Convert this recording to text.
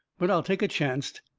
but i'll take a chancet.